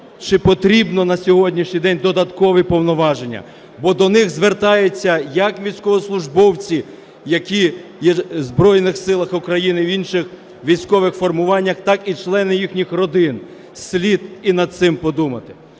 чи потрібні на сьогоднішній день додаткові повноваження, бо до них звертаються як військовослужбовці, які є в Збройних Силах України, в інших військових формуваннях, так і члени їхніх родин. Слід і над цим подумати.